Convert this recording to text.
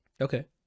okay